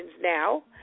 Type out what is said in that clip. now